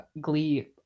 glee